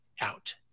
out